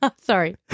Sorry